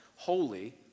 holy